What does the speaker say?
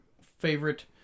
favorite